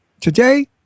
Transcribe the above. Today